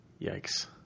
Yikes